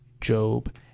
Job